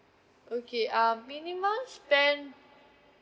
okay uh minimum spend